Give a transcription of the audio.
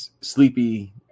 Sleepy